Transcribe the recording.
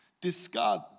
discard